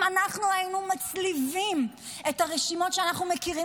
אם אנחנו היינו מצליבים את הרשימות שאנחנו מכירים